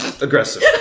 Aggressive